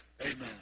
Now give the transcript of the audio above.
Amen